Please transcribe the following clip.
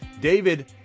David